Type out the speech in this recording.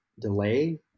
delay